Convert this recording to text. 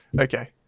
Okay